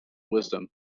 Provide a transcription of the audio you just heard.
wisdom